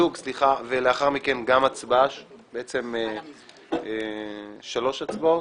ולאחר מכן גם הצבעה על המיזוג שלוש הצבעות.